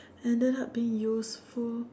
ended up being useful